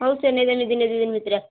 ଆଉ ଦିନେ ଦୁଇଦିନ ଭିତରେ